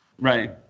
Right